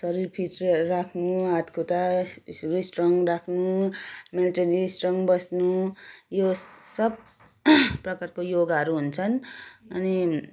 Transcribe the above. शरीर फिट राख्नु हात खुट्टाहरू स्ट्रङ राख्नु मेन्टली स्ट्रङ बस्नु यो सब प्रकारको योगाहरू हुन्छन् अनि